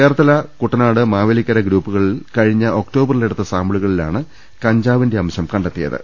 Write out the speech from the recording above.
ചേർത്തല കുട്ടനാട് മാവേലിക്കർ ഗ്രൂപ്പുകളിൽ കഴിഞ്ഞ ഒക്ടോബറിൽ എടുത്ത സാമ്പിളുകളിലാണ് കഞ്ചാവിന്റെ അംശം കണ്ടെ ത്തിയത്